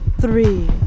three